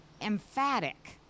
emphatic